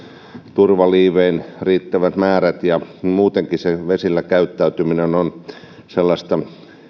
turvaliivein joita on riittävät määrät ja muutenkin vesillä käyttäytyminen on on sellaista